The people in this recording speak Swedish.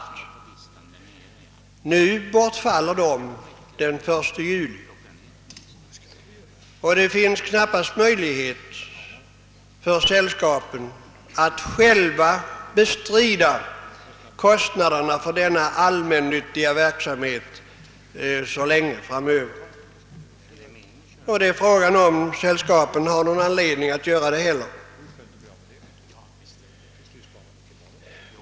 Dessa anslag bortfaller den 1 juli. Det finns knappast möjlighet för sällskapen att själva bestrida kostnaderna för denna allmännyttiga verksamhet så lång tid framöver. Frågan är, om hushållningssällskapen har någon anledning att göra det heller.